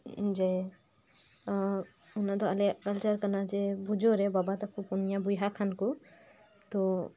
ᱡᱮ ᱚᱱᱟ ᱫᱚ ᱟᱞᱮᱭᱟᱜ ᱠᱟᱞᱪᱟᱨ ᱠᱟᱱᱟ ᱡᱮ ᱯᱩᱡᱳᱨᱮ ᱵᱟᱵᱟ ᱛᱟᱠᱚ ᱯᱩᱱᱭᱟᱹ ᱵᱚᱭᱦᱟ ᱠᱷᱟᱱ ᱠᱩ ᱛᱳ